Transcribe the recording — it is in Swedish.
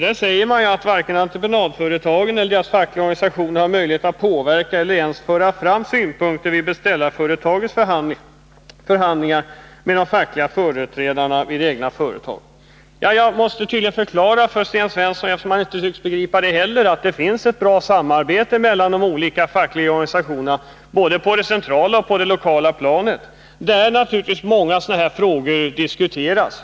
Där säger man att ”varken entreprenadföretagen eller deras fackliga organisationer har möjlighet att påverka eller ens föra fram synpunkter vid beställarföretagets förhandlingar med de fackliga företrädarna vid det egna företaget”. Jag måste tydligen förklara för Sten Svensson, eftersom han inte tycks begripa det, att det finns ett bra samarbete mellan de olika fackliga organisationerna både på det centrala och på det lokala planet, där naturligtvis många sådana här frågor diskuteras.